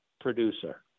producer